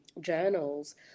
journals